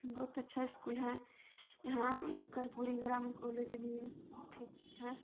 बहुत अच्छा इसकुल हइ इहाँ कर्पूरी ग्राम कॉलेज भी ठीक हइ